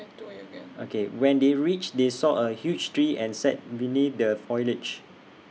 O K when they reached they saw A huge tree and sat beneath the foliage